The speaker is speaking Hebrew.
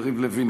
יריב לוין,